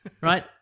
Right